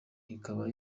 ikaba